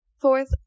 Fourth